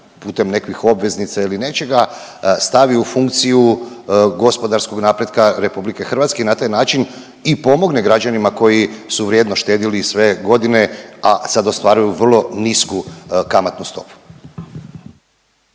putem nekakvih obveznica ili nečega stavi u funkciju gospodarskog napretka RH i na taj način i pomogne građanima koji su vrijedno štedjeli i sve godine, a sad ostvaruju vrlo nisku kamatnu stopu.